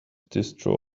distro